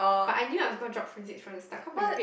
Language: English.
but I knew I was gonna start physics from the start cause my grade